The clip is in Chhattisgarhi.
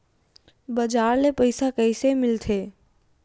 बजार ले पईसा कइसे मिलथे?